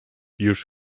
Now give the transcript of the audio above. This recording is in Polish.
już